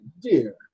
dear